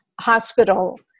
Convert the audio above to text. hospital